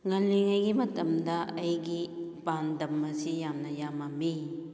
ꯉꯜꯂꯤꯉꯩꯒꯤ ꯃꯇꯝꯗ ꯑꯩꯒꯤ ꯄꯥꯟꯗꯝ ꯑꯁꯤ ꯌꯥꯝꯅ ꯌꯥꯝꯃꯝꯃꯤ